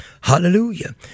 Hallelujah